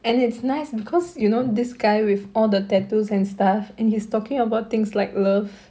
and it's nice because you know this guy with all the tattoos and stuff and he's talking about things like love